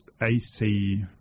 AC